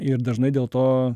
ir dažnai dėl to